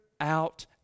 out